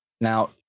now